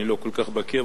אני לא כל כך בקי,